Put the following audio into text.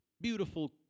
beautiful